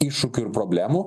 iššūkių ir problemų